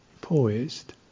poised